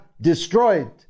destroyed